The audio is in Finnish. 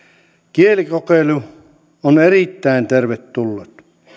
kielikokeilu on erittäin tervetullut